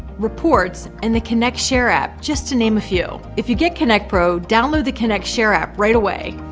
reports and the kynect share app just to name a few. if you get kynect pro, download the kynect share app right away.